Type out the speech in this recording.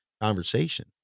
conversation